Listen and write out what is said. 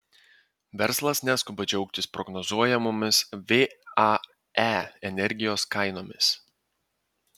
verslas neskuba džiaugtis prognozuojamomis vae energijos kainomis